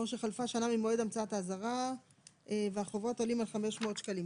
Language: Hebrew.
או חלפה שנה ממועד המצאת האזהרה והחובות עולים על 500 שקלים.